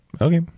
Okay